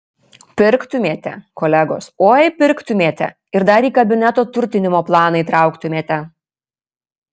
pirktumėte kolegos oi pirktumėte ir dar į kabineto turtinimo planą įtrauktumėte